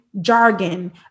jargon